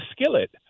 skillet